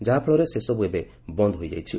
ଯାହାଫଳରେ ସେସବୁ ଏବେ ବନ୍ଦ ହୋଇଯାଇଛି